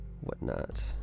whatnot